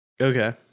okay